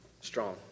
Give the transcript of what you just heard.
strong